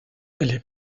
les